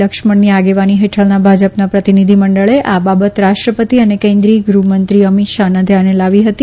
લક્ષ્મણની આગેવાની હેઠળના ભાજપાના પ્રતિનિધિ મંડળે આ બાબત રાષ્ટ્રપતિ અને કેન્દ્રિયગૃહ મંત્રી અમિત શાહના ધ્યાનપર લાવી હતી